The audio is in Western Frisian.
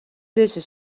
dizze